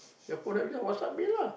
your phone have then WhatsApp me lah